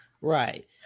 Right